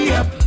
up